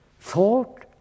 thought